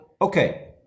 okay